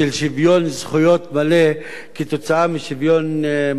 זכויות מלא כתוצאה משוויון מלא בנטל.